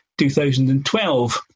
2012